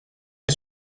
est